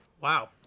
wow